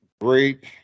great